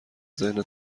ذهن